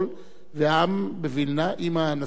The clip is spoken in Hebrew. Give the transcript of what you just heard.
והעם בווילנה, עם הנשיא שלו,